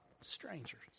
strangers